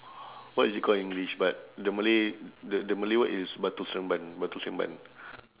what is it called in english but the malay the the malay word is batu seremban batu seremban